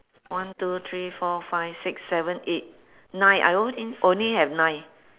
one two three four five six seven eight nine I only only have nine